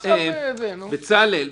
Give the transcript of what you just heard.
בצלאל,